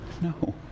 no